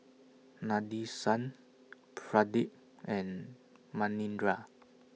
Nadesan Pradip and Manindra